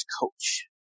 coach